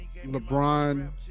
LeBron